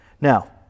Now